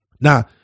Now